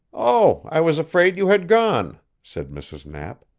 oh, i was afraid you had gone, said mrs. knapp.